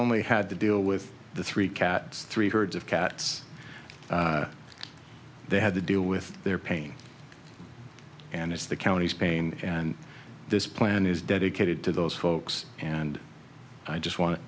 only had to deal with the three cats three herds of cats they had to deal with their pain and it's the county's pain and this plan is dedicated to those folks and i just want